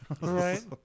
right